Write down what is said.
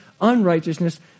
unrighteousness